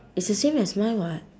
it's the same as mine what